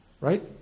right